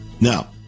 Now